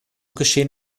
geschehen